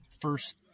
first